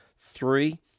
three